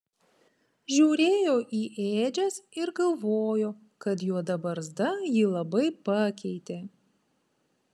žiūrėjo į ėdžias ir galvojo kad juoda barzda jį labai pakeitė